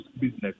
business